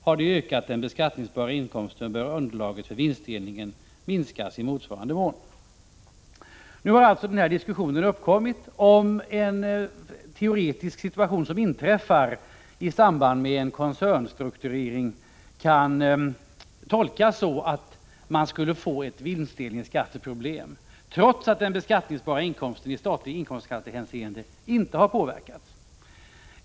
Har de ökat den beskattningsbara inkomsten bör underlaget för vinstdelningen minskas i motsvarande mån.” Nu har alltså en diskussion uppkommit om en teoretisk situation som inträffar i samband med en koncernstrukturering kan tolkas så att man skulle få ett vinstdelningsskatteproblem, trots att den beskattningsbara inkomsten i statligt inkomstskattehänseende inte har påverkats.